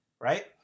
right